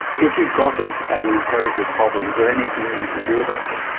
if you've got it as an inherited problem is there anything that you can do about it?